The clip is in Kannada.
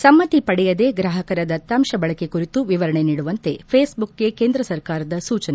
ಸಮ್ಮತಿ ಪಡೆಯದೆ ಗ್ರಾಹಕರ ದತಾಂಶ ಬಳಕೆ ಕುರಿತು ವಿವರಣೆ ನೀಡುವಂತೆ ು ಥೇಸ್ಬುಕ್ಗೆ ಕೇಂದ್ರ ಸರ್ಕಾರದ ಸೂಚನೆ